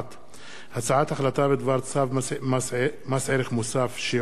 החלטה בדבר צו מס ערך מוסף (שיעור המס